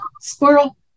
squirrel